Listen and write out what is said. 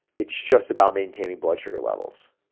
it's just about maintaining blood sugar levels.